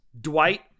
Dwight